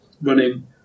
running